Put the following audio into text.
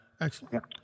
Excellent